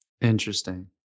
Interesting